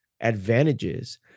advantages